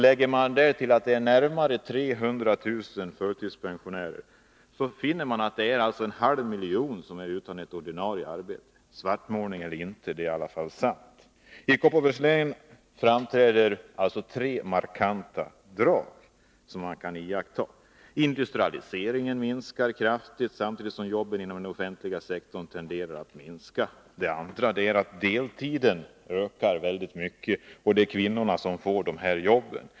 Lägger man därtill att det finns närmare 300 000 förtidspensionärer, finner man att ca en halv miljon människor är utan ett ordinarie arbete. Svartmålning eller inte — det är i alla fall sant. I Kopparbergs län framträder tre markanta drag, som man kan iaktta. Det första är att industrialiseringen minskar kraftigt, samtidigt som jobben inom den offentliga sektorn tenderar att minska. Det andra är att deltidsarbetet ökar väldigt mycket, och det är kvinnorna som får ta dessa jobb.